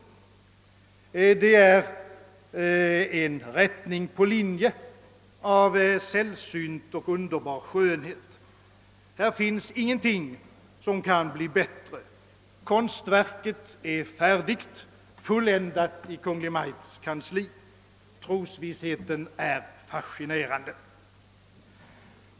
Det är en rättning på linje av sällsynt och underbar skönhet. Här finns ingenting som kan bli bättre. Konstverket är färdigt, fulländat i Kungl. Maj:ts kansli. Trosvissheten är fascinerande.